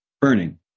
burning